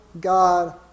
God